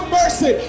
mercy